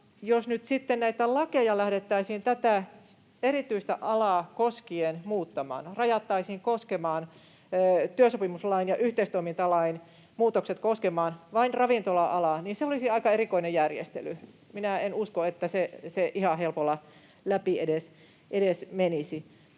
lähdettäisiin tätä erityistä alaa koskien muuttamaan, rajattaisiin koskemaan työsopimuslain ja yhteistoimintalain muutokset vain ravintola-alaa, niin se olisi aika erikoinen järjestely. Minä en usko, että se ihan helpolla edes läpi